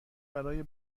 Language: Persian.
برای